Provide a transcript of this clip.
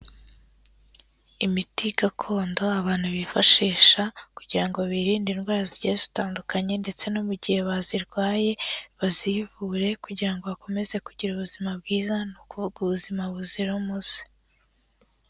Imiti gakondo abantu bifashisha kugira ngo birinde indwara zigiye zitandukanye ndetse no mu gihe bazirwaye, bazivure kugira ngo bakomeze kugira ubuzima bwiza, ni kuvuga ubuzima buzira umuze.